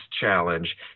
challenge